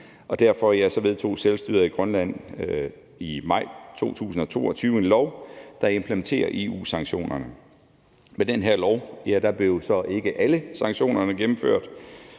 Derfor vedtog selvstyret i Grønland i maj 2022 en lov, der implementerer EU-sanktionerne. Med den her lov blev så ikke alle sanktionerne gennemført,